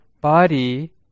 body